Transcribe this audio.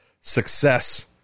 success